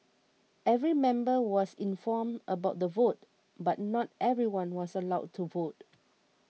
every member was informed about the vote but not everyone was allowed to vote